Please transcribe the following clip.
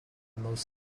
most